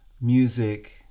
music